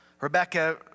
Rebecca